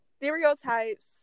stereotypes